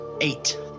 Eight